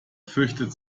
fürchtet